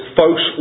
folks